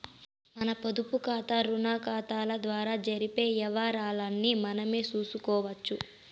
మన పొదుపుకాతా, రుణాకతాల ద్వారా జరిపే యవ్వారాల్ని మనమే సూసుకోవచ్చు